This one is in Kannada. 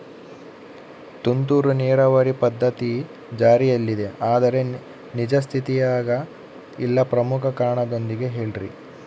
ತುಂತುರು ನೇರಾವರಿ ಪದ್ಧತಿ ಜಾರಿಯಲ್ಲಿದೆ ಆದರೆ ನಿಜ ಸ್ಥಿತಿಯಾಗ ಇಲ್ಲ ಪ್ರಮುಖ ಕಾರಣದೊಂದಿಗೆ ಹೇಳ್ರಿ?